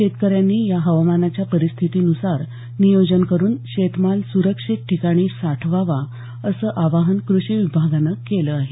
शेतकऱ्यांनी या हवामानाच्या परिस्थितीन्सार नियोजन करून शेतमाल स्रक्षित ठिकाणी साठवावा असं आवाहन कृषी विभागानं केलं आहे